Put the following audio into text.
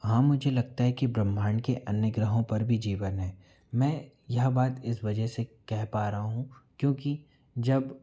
हाँ मुझे लगता है कि ब्रह्मांड के अन्य ग्रहों पर भी जीवन है मैं यह बात इस वजह से कह पा रहा हूँ क्योंकि जब